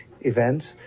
events